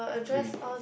three